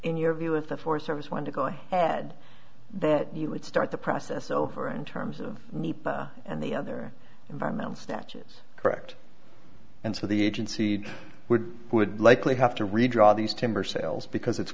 in your view if the forest service wanted to go ahead that you would start the process over in terms of nepa and the other environmental statutes correct and so the agency would would likely have to redraw these timber sales because it's